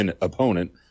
opponent